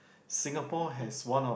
Singapore has one of